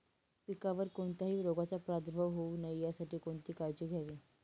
पिकावर कोणत्याही रोगाचा प्रादुर्भाव होऊ नये यासाठी कोणती काळजी घ्यावी?